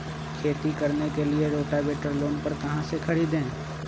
खेती करने के लिए रोटावेटर लोन पर कहाँ से खरीदे?